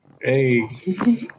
Hey